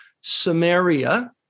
samaria